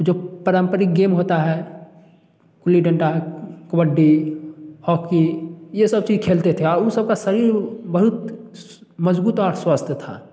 जो पारम्परिक गेम होता है गिल्ली डंडा कबड्डी हॉकी ये सब चीज खेलते थे उन सब का शरीर बहुत मजबूत और स्वस्थ था